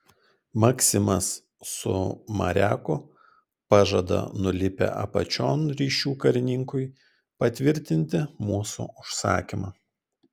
maksimas su mareku pažada nulipę apačion ryšių karininkui patvirtinti mūsų užsakymą